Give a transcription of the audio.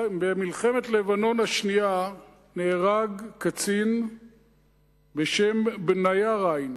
במלחמת לבנון השנייה נהרג קצין בשם בניה ריין.